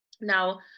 Now